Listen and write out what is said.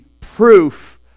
proof